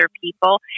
people